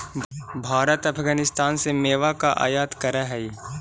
भारत अफगानिस्तान से मेवा का आयात करअ हई